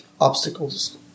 obstacles